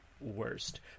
worst